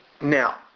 Now